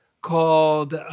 called –